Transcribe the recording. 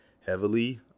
heavily